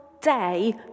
day